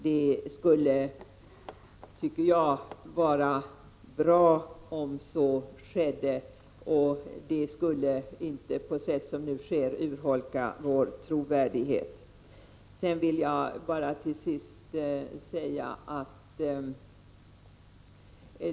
Det skulle, tycker jag, vara bra om så skedde, och då skulle vår trovärdighet inte urholkas som nu är fallet.